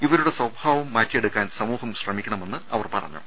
ഇവരുടെ സ്വഭാവം മാറ്റിയെടുക്കാൻ സമൂഹം ശ്രമിക്കണമെന്ന് അവർ പറഞ്ഞു